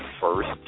first